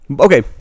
Okay